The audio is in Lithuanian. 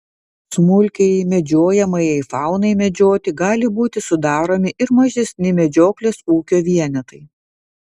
smulkiajai medžiojamajai faunai medžioti gali būti sudaromi ir mažesni medžioklės ūkio vienetai